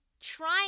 trying